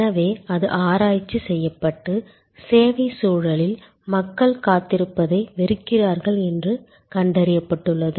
எனவே அது ஆராய்ச்சி செய்யப்பட்டு சேவை சூழலில் மக்கள் காத்திருப்பதை வெறுக்கிறார்கள் என்று கண்டறியப்பட்டுள்ளது